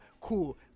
Cool